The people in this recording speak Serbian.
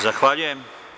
Zahvaljujem.